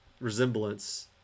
resemblance